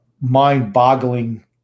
mind-boggling